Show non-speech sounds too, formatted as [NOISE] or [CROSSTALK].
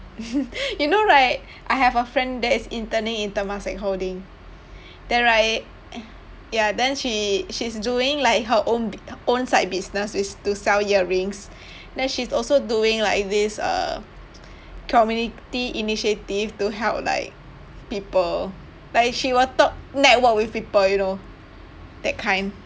[NOISE] you know right I have a friend that is interning in Temasek Holdings then right ya then she she's doing like her own bu~ own side business is to sell earrings then she's also doing like this uh community initiative to help like people like she will talk network with people you know that kind